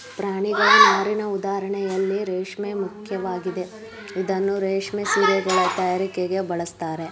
ಪ್ರಾಣಿಗಳ ನಾರಿನ ಉದಾಹರಣೆಯಲ್ಲಿ ರೇಷ್ಮೆ ಮುಖ್ಯವಾಗಿದೆ ಇದನ್ನೂ ರೇಷ್ಮೆ ಸೀರೆಗಳ ತಯಾರಿಕೆಗೆ ಬಳಸ್ತಾರೆ